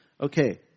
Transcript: okay